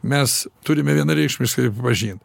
mes turime vienareikšmiškai pripažint